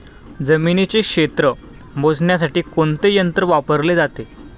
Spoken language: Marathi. जमिनीचे क्षेत्र मोजण्यासाठी कोणते यंत्र वापरले जाते?